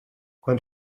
quan